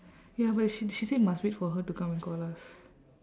ya but she she say must wait for her to come and call us